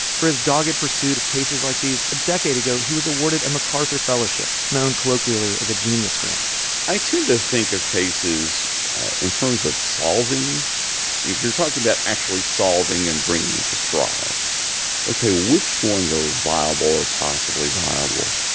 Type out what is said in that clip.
for his dogged pursuit of cases like these, a decade ago, he was awarded a macarthur fellowship, known colloquially as a genius grant i tend to think of cases in terms of solving. if you're talking about actually solving and bringing to trial ok, well, which ones are viable or possibly viable?